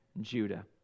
Judah